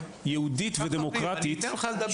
מאיר, קח אוויר, אני אתן לך לדבר.